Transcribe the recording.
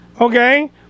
Okay